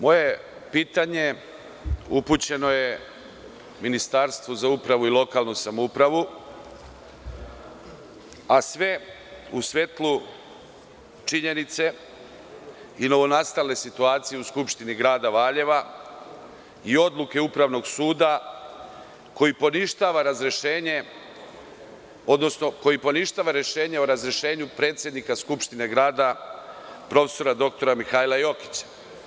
Moje pitanje upućeno je Ministarstvu za upravu i lokalnu samoupravu, a sve u svetlu činjenice i novonastale situacije u Skupštini grada Valjeva i odluke Upravnog suda koji poništava razrešenje, odnosno koji poništava rešenje o razrešenju predsednika Skupštine grada, prof. dr Mihajla Jokića.